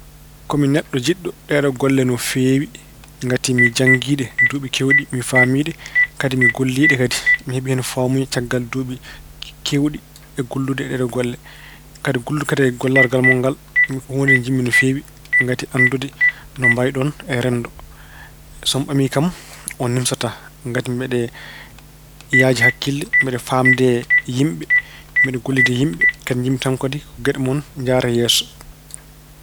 Ko mi neɗɗo jiɗɗo ɗeeɗoo golle no feewi ngati mi janngii ɗe duuɓi keewɗi. Mi faamii ɗe, kadi mi gollii ɗe kadi. Mi heɓii hen faamuya caggal duuɓi keewɗi e gollude e ɗeeɗoo golle. Kadi gollude kadi e gollirgal mon ngal ko huunde nde njiɗmi no feewii ngati e anndude no mbayɗon e renndo. So on ɓaamii kam, on nimsataa. Ngati mbeɗa yaaji hakkile. Mbeɗa faamde e yimɓe, mbeɗa gollida e yimɓe. Kadi njiɗmi tan kadi ko geɗe mon njahra yeeso.